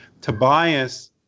Tobias